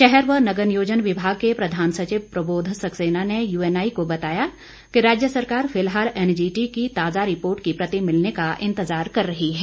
शहर व नगर नियोजन विभाग के प्रधान सचिव प्रबोध सक्सेना ने यूएनआई को बताया कि राज्य सरकार फिलहाल एनजीटी की ताजा रिपोर्ट की प्रति मिलने का इंतजार कर रही है